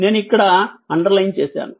నేను ఇక్కడ అండర్లైన్ చేసాను